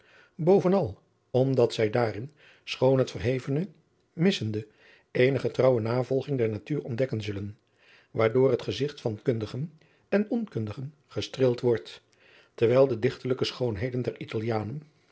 bovenal omdat zij daarin schoon het verhevene misfende eene getrouwe navolging der natuur ontdekken zullen waardoor het gezigt van kundigen en onkundigen gestreeld wordt terwijl de dichterlijke schoonheden der italianen